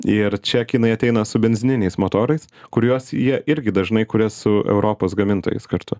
ir čia kinai ateina su benzininiais motorais kuriuos jie irgi dažnai kuria su europos gamintojais kartu